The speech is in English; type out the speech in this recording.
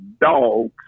dogs